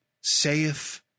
saith